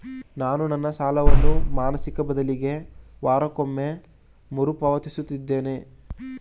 ನಾನು ನನ್ನ ಸಾಲವನ್ನು ಮಾಸಿಕ ಬದಲಿಗೆ ವಾರಕ್ಕೊಮ್ಮೆ ಮರುಪಾವತಿಸುತ್ತಿದ್ದೇನೆ